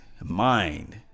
Mind